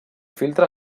filtre